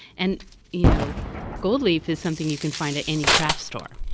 and you know gold leaf is something you can find at any craft store,